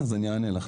אז אני אענה לך,